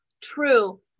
true